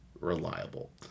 reliable